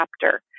chapter